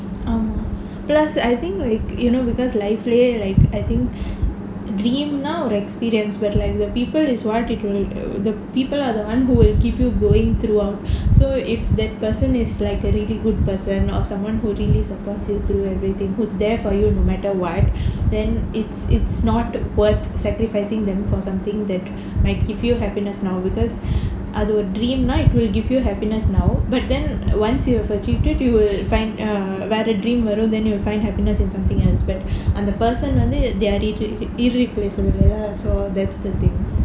err plus I think like you know because lif~ like I think dream ஒரு:oru experience but like the people is the [one] people are the [one] who will keep you going throughout so if that person is like a really good person or someone who really supports you through everything who's there for you no matter what then it's it's not worth sacrificing them for something like give you happiness now because அது ஒரு:athu oru dream it will give you happiness now but then once you have achieved it you will find err வேற:vera dream வரும்:varum then you will find happiness in something else but அந்த:antha person வந்து:vanthu they are irre~ irreplaceable so that's the thing